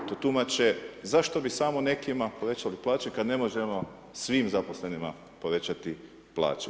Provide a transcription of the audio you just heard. To tumače zašto bi samo nekima povećali plaće kada ne možemo svim zaposlenima povećati plaće.